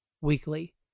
weekly